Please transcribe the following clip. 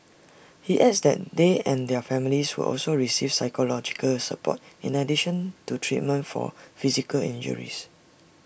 he adds that they and their families will also receive psychological support in addition to treatment for physical injuries